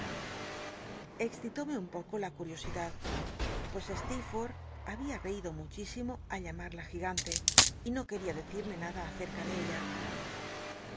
excitóme un poco la cul'iosidad pues stecrfortb babia reido muchísimo al llamarla gigante y no qucria decirme nada acerca tle ella